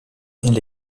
elle